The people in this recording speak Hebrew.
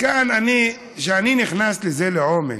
כשאני נכנס לזה לעומק,